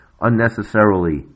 unnecessarily